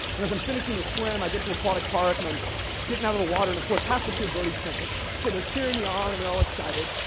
yeah as i'm finishing this swim, i get to aquatic park, and i'm getting out of the water and of course half the kids are already finished, so they're cheering me on and they're all excited.